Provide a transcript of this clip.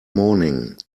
morning